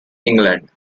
england